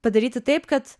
padaryti taip kad